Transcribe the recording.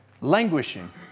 Languishing